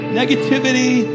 negativity